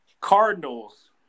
Cardinals